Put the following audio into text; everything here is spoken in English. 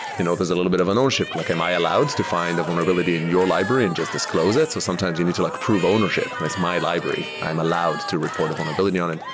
you know there's a little bit of an ownership. like am i allowed to find a vulnerability in your library and just disclose it? so sometimes you need to like prove ownership, it's my library. i'm allowed to report a vulnerability on it.